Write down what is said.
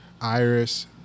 Iris